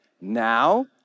Now